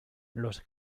los